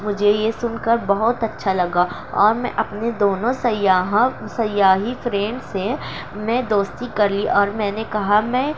مجھے یہ سن کر بہت اچّھا لگا اور میں اپنے دونوں سیاحوں سیاحی فرینڈ سے میں دوستی کر لی اور میں نے کہاں میں